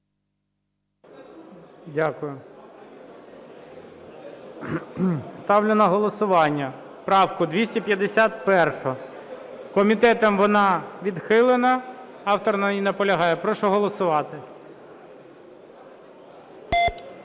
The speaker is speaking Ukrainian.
Дякую. Ставлю на голосування правку 251. Комітетом вона відхилена. Автор на ній наполягає. Прошу голосувати.